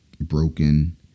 broken